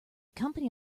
company